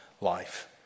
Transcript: life